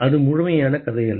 அது முழுமையான கதையல்ல